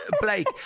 Blake